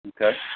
Okay